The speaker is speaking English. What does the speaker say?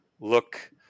look